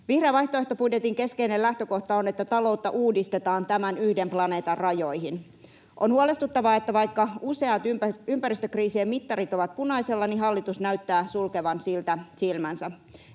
Vihreän vaihtoehtobudjetin keskeinen lähtökohta on, että taloutta uudistetaan tämän yhden planeetan rajoihin. On huolestuttavaa, että vaikka useat ympäristökriisien mittarit ovat punaisella, niin hallitus näyttää sulkevan siltä silmänsä.